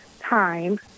time